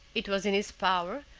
it was in his power,